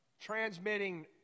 transmitting